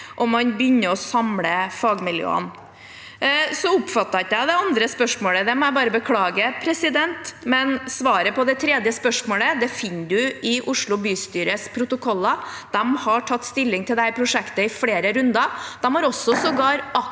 og man begynner å samle fagmiljøene. Jeg oppfattet ikke det andre spørsmålet. Det må jeg bare beklage. Men svaret på det tredje spørsmålet finner man i Oslo bystyres protokoller. De har tatt stilling til dette prosjektet i flere runder. De har sågar aktivt